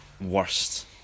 worst